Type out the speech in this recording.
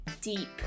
deep